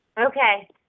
Okay